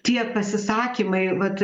tie pasisakymai vat